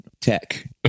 tech